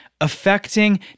Affecting